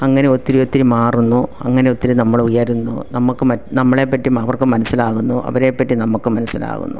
അങ്ങനെ ഒത്തിരി ഒത്തിരി മാറുന്നു അങ്ങനെ ഒത്തിരി നമ്മൾ ഉയരുന്നു നമുക്ക് നമ്മളെ പറ്റി അവർക്കും മനസിലാവുന്നു അവരെ പറ്റി നമുക്കും മനസ്സിലാവുന്നു